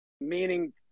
meaning